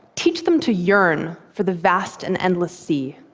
teach them to yearn for the vast and endless sea.